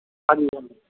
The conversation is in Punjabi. ਹਾਂਜੀ ਹਾਂਜੀ